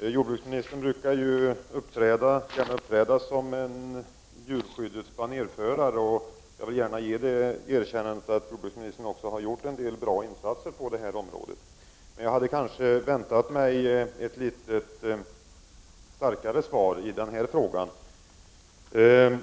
Jordbruksministern brukar ju uppträda som en djurskyddets banerförare, och jag vill gärna göra det erkännandet att jordbruksministern har gjort en del bra insatser på detta område. Men jag hade kanske väntat mig ett något starkare formulerat svar på den här frågan.